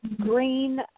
green